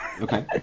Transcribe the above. Okay